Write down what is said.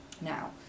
Now